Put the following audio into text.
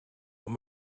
ond